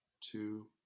two